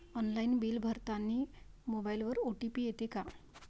Online bill भरतानी मोबाईलवर OTP येते का?